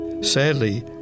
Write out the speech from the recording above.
Sadly